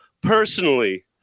personally